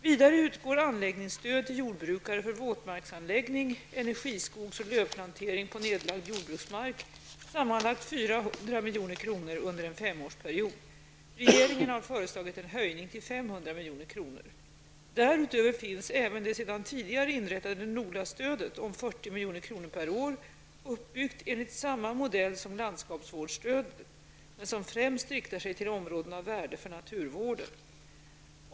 Vidare utgår anläggningsstöd till jordbrukare för våtmarksanläggning, energiskogs och lövskogsplantering på nedlagd jordbruksmark, sammanlagt 400 milj.kr. under en femårsperiod. Regeringen har föreslagit en höjning till 500 milj.kr. Därutöver finns även det sedan tidigare inrättade NOLA-stödet om 40 milj.kr. per år, uppbyggt enligt samma modell som landskapsvårdsstödet, men främst inriktat på områden av värde för naturvården.